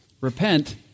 Repent